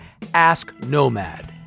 AskNomad